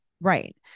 right